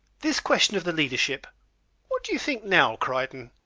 this question of the leadership what do you think now, crichton?